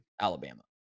Alabama